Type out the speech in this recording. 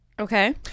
Okay